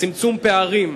לצמצום הפערים,